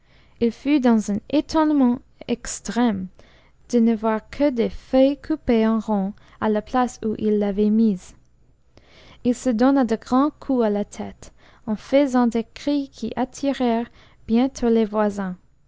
il fut dans un étonnement extrême de ne voir que des feuilles coupées en rond à la place où il l'avait mise il se donna de grands coups à la tête en faisant des cris qui attirèrent bientôt les voisins